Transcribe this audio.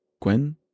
Gwen